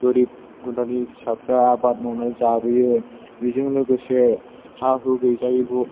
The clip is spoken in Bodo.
गोरिब गुन्द्रानि फिसाफोरा आबाद मावनानै जाबोयो बिजों लोगोसे हा हु गैजायिबो